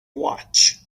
watch